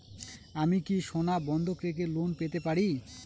আমি কি সোনা বন্ধক রেখে লোন পেতে পারি?